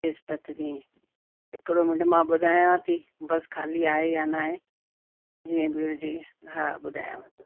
विस्पति ॾींहुं हिकिड़ो मिंट मां ॿुधायाव थी बस ख़ाली आहे या न आहे जीअं घुर्जी हा ॿुधायाव थी